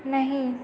नहीं